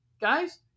guys